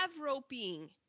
roping